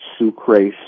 Sucrase